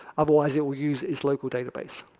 otherwise it will use its local database.